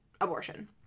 abortion